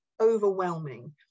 overwhelming